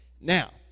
Now